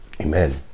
Amen